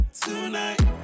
tonight